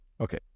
Okay